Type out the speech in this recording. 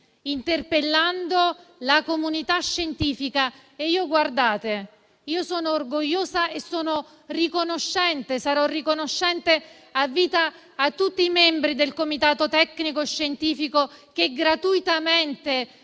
interpellando la comunità scientifica. Io sono orgogliosa e sarò riconoscente a vita a tutti i membri del comitato tecnico-scientifico, che gratuitamente